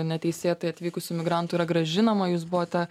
neteisėtai atvykusių migrantų yra grąžinama jūs buvote